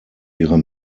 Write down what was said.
ihre